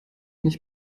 nicht